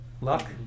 Luck